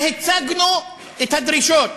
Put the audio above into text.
והצגנו את הדרישות.